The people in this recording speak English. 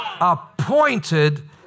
Appointed